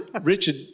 Richard